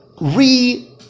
re